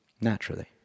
naturally